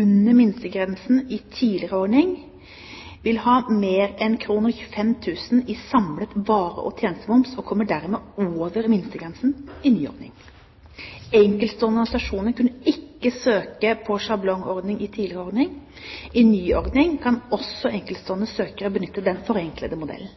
under minstegrensen i tidligere ordning, vil ha mer enn 25 000 kr i samlet vare- og tjenestemoms, og kommer dermed over minstegrensen i ny ordning. Enkeltstående organisasjoner kunne ikke søke på sjablongordning i tidligere ordning. I ny ordning kan også enkeltstående søkere benytte den forenklede modellen.